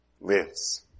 lives